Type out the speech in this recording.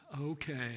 okay